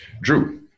Drew